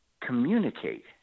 communicate